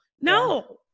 No